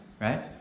right